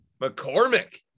McCormick